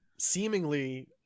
seemingly